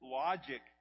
logic